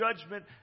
Judgment